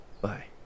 Bye